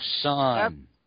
son